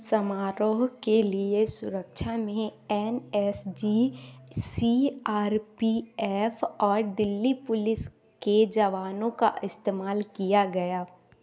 समारोह के लिए सुरक्षा में N S G C R P F और दिल्ली पुलिस के जवानों का इस्तेमाल किया गया